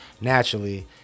naturally